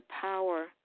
power